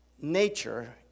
nature